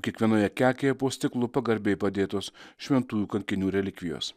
kiekvienoje kekėje po stiklu pagarbiai padėtos šventųjų kankinių relikvijos